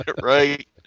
right